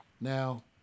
Now